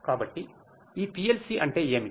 కాబట్టి ఈ PLC అంటే ఏమిటి